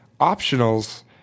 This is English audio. optionals